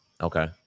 Okay